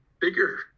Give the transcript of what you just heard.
bigger